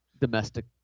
domestic